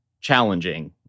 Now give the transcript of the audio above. challenging